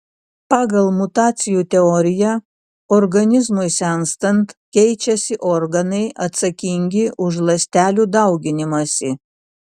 pagal mutacijų teoriją organizmui senstant keičiasi organai atsakingi už ląstelių dauginimąsi